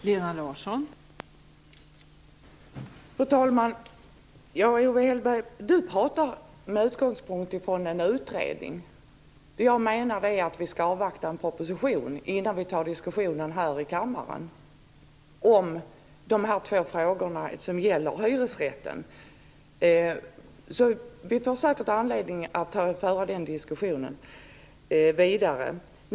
Fru talman! Owe Hellberg talar med utgångspunkt i en utredning. Jag menar att vi skall avvakta en proposition innan vi här i kammaren tar diskussionen om de här två frågorna gällande hyresrätten. Vi får säkert anledning att föra den diskussionen vidare.